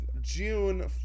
June